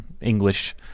English